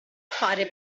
fare